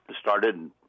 started